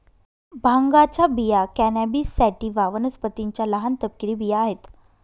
भांगाच्या बिया cannabis sativa वनस्पतीच्या लहान, तपकिरी बिया आहेत